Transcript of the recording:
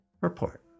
Report